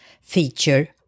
feature